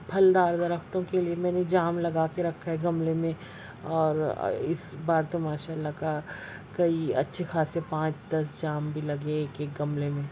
پھلدار درختوں کے لیے میں نے جام لگا کے رکھا ہے گملے میں اور اس بار تو ما شاء اللہ کا کئی اچھے خاصے پانچ دس جام بھے لگے ایک ایک گملے میں